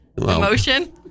emotion